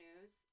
News